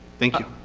thank you.